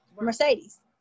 Mercedes